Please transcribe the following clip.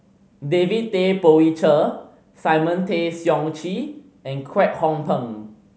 David Tay Poey Cher Simon Tay Seong Chee and Kwek Hong Png